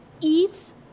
eats